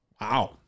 Wow